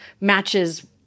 matches